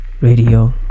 Radio